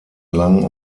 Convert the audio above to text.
lang